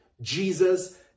Jesus